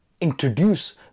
introduce